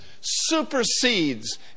supersedes